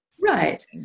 right